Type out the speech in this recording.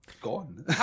gone